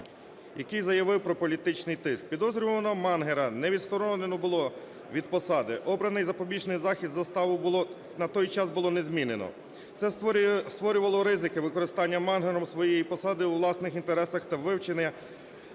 який заявив про політичний тиск, підозрюваного Мангера не відсторонено було від посади. Обраний запобіжний захід, заставу на той час було не змінено. Це створювало ризики використання Мангером своєї посади у власних інтересах та вчинення